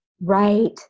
Right